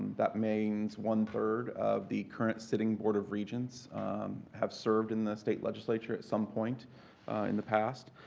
that means one-third of the current sitting board of regents have served in the state legislature at some point in the past.